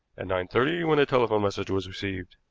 and nine-thirty, when the telephone message was received.